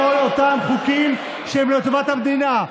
אתה הצבעת נגד כל אותם חוקים שהם לטובת המדינה.